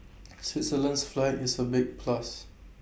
Switzerland's flag is A big plus